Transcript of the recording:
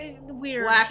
weird